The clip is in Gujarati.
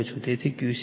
તેથી Qc 41